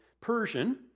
Persian